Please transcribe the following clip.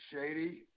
Shady